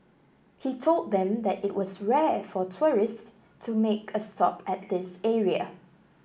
he told them that it was rare for tourists to make a stop at this area